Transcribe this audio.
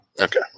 Okay